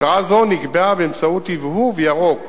התראה זו נקבעה באמצעות הבהוב ירוק